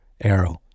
Arrow